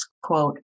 quote